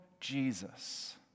Jesus